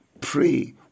Pray